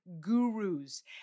gurus